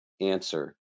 answer